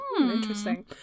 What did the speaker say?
interesting